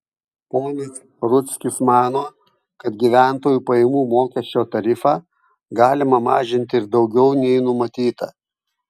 ponas rudzkis mano kad gyventojų pajamų mokesčio tarifą galima mažinti ir daugiau nei numatyta